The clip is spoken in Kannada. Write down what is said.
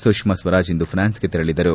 ಸುಷ್ಮಾ ಸ್ವರಾಜ್ ಇಂದು ಫ್ರಾನ್ಸ್ಗೆ ತೆರಳಿದರು